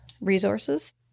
resources